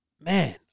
man